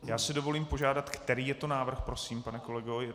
Já si dovolím požádat, který je to návrh prosím, pane kolego?